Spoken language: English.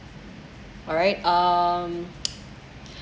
alright um